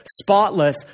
spotless